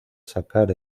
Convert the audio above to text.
sacar